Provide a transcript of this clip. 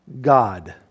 God